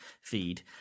feed